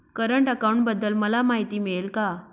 Current अकाउंटबद्दल मला माहिती मिळेल का?